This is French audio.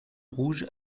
rouge